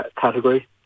category